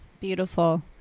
Beautiful